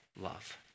love